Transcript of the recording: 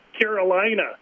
Carolina